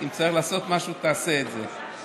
אם צריך לעשות משהו, תעשה את זה.